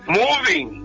moving